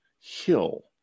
hill